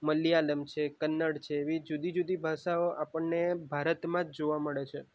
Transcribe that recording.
મલયાલમ છે કન્નડ છે એવી જુદી જુદી ભાષાઓ આપણને ભારતમાં જ જોવા મળે છે